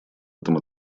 этом